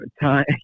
time